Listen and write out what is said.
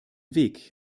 weg